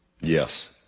Yes